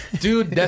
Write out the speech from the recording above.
Dude